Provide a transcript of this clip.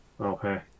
Okay